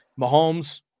Mahomes